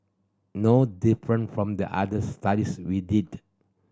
no different from the other studies we did